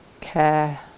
care